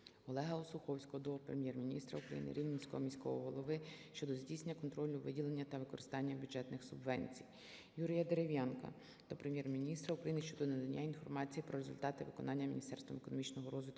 Олега Осуховського до Прем'єр-міністра України, Рівненського міського голови щодо здійснення контролю виділення та використання бюджетних субвенцій. Юрія Дерев'янка до Прем'єр-міністра України щодо надання інформації про результати виконання Міністерством економічного розвитку